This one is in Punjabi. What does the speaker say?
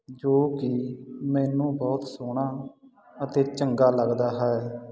ਜੋ ਕਿ ਮੈਨੂੰ ਬਹੁਤ ਸੋਹਣਾ ਅਤੇ ਚੰਗਾ ਲੱਗਦਾ ਹੈ